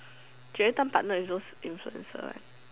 she every time partner with those influencers right